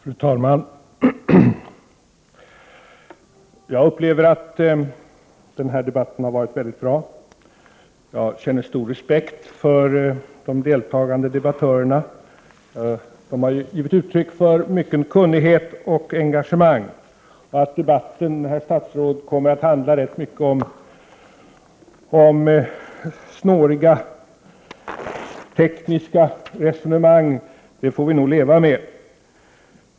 Fru talman! Jag upplever att den här debatten varit mycket bra. Jag känner stor respekt för de deltagande debattörerna. De har givit uttryck för mycket kunnighet och engagemang. Att debatten, herr statsråd, handlat rätt mycket om snåriga tekniska resonemang får vi nog leva med.